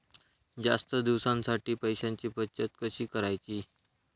जास्त दिवसांसाठी पैशांची बचत कशी करायची?